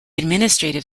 administrative